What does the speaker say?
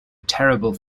terrible